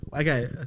Okay